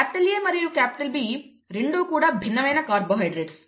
A మరియు B రెండూ కూడా భిన్నమైన కార్బోహైడ్రేట్స్